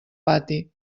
pati